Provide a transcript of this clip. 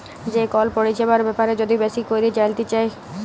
যে কল পরিছেবার ব্যাপারে যদি বেশি ক্যইরে জালতে চায়